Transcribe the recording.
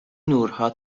نورها